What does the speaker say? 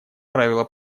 правила